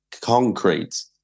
concrete